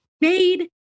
made